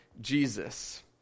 Jesus